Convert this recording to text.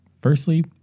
Firstly